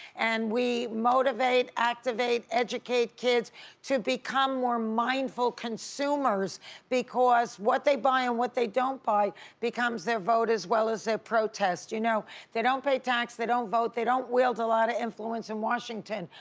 and we motivate, activate, educate kids to become more mindful consumers because what they buy and what they don't buy becomes their vote as well as their protest. you know they don't pay tax. they don't vote. they don't wield a lot of influence in washington,